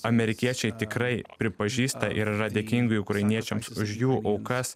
amerikiečiai tikrai pripažįsta ir yra dėkingi ukrainiečiams už jų aukas